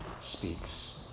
speaks